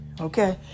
Okay